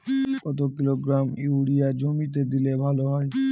কত kilogram urea জমিতে দিলে ভালো হয়?